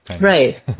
Right